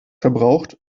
verbraucht